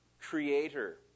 creator